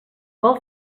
pel